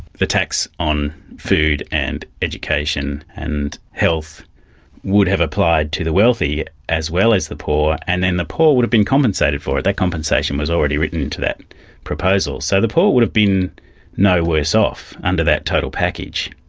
the tax on food and education and health would have applied to the wealthy as well as the poor, and then the poor would have been compensated for it. that compensation was already written into that proposal. so the poor would have been no worse off under that total package.